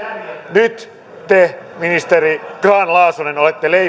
nyt te ministeri grahn laasonen olette